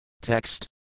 Text